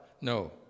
No